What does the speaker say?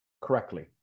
correctly